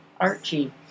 Archie